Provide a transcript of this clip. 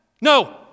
no